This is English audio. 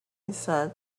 inside